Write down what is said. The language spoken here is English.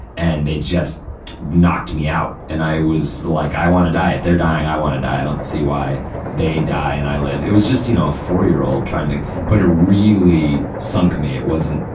and, they just knocked me out. and i was like, i wanna die. if they're dying, i wanna die. i don't see why they die and i live. it was just, you know, a four-year-old trying to but it really sunk me. it wasn't,